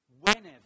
whenever